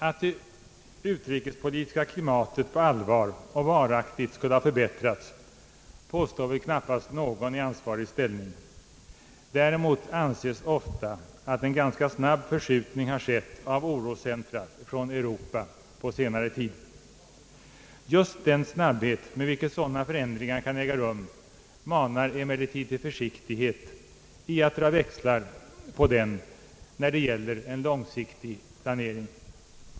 Att det utrikespolitiska klimatet på allvar och varaktigt skulle ha förbättrats påstår väl knappast någon i ansvarig ställning. Däremot anses ofta att en ganska snabb förskjutning har skett av oroscentra från Europa på senare tid. Just den snabbhet med vilken sådana förändringar kan äga rum manar emellertid till försiktighet inför att dra växlar på dem när det gäller en långsiktig planering.